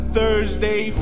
Thursday